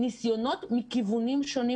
יש ניסיונות הקלה מכיוונים שונים,